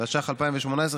התשע"ח 2018,